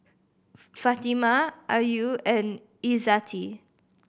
Fatimah Ayu and Izzati